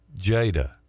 Jada